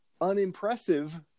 unimpressive